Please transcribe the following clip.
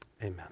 Amen